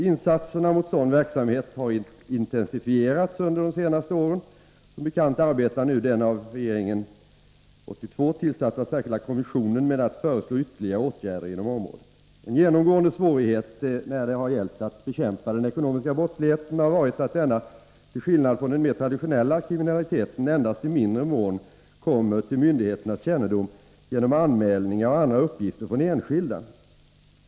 Insatserna mot sådan verksamhet har intensifierats under de senaste åren. Som bekant arbetar nu den av regeringen år 1982 tillkallade särskilda kommissionen med att föreslå ytterligare åtgärder inom området. En genomgående svårighet när det har gällt att bekämpa den ekonomiska brottsligheten har varit att denna, till skillnad från den mera traditionella kriminaliteten, endast i mindre mån kommer till myndigheternas kännedom genom anmälningar och andra uppgifter från enskilda.